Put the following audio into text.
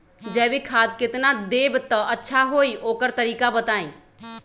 जैविक खाद केतना देब त अच्छा होइ ओकर तरीका बताई?